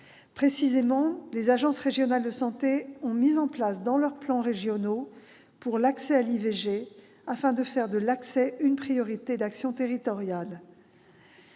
Précisément, les agences régionales de santé ont mis en place leurs plans régionaux pour l'accès à l'IVG, afin de faire de cet accès une priorité d'action territoriale.